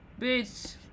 Bitch